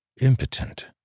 impotent